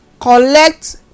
collect